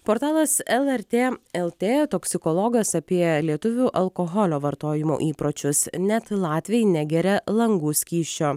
portalas lrt lt toksikologas apie lietuvių alkoholio vartojimo įpročius net latviai negeria langų skysčio